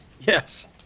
Yes